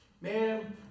Man